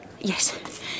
Yes